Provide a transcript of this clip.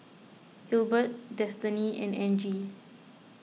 Hilbert Destany and Angie